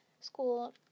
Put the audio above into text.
School